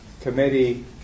committee